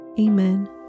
Amen